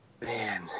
Man